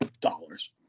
dollars